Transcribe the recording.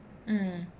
um